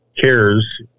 cares